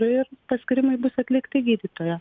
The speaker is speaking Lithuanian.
ir paskyrimai bus atlikti gydytojo